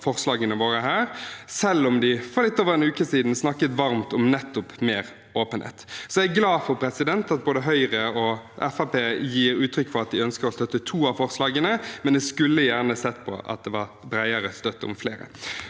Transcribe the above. forslagene våre her, selv om de for litt over en uke siden snakket varmt om nettopp mer åpenhet. Jeg er glad for at både Høyre og Fremskrittspartiet gir uttrykk for at de ønsker å støtte to av forslagene, men jeg skulle gjerne sett at det var bredere støtte om flere.